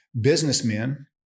businessmen